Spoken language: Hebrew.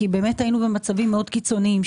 כי באמת היינו במצבים מאוד קיצוניים,